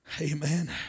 Amen